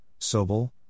Sobel